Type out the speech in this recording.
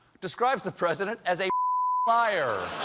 describes the president as a liar.